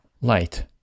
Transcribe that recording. light